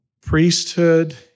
Priesthood